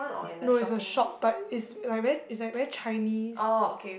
no is a shop but is like is like very Chinese